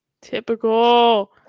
Typical